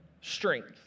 strength